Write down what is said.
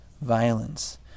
violence